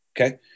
Okay